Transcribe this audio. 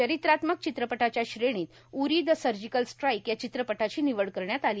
चरित्रात्मक चित्रपटाच्या श्रेणीत उरी द सर्जिकल स्ट्राईक या चित्रपटाची निवड करण्यात आली